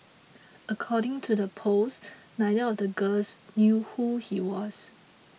according to the post neither of the girls knew who he was